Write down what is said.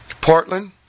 Portland